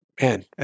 man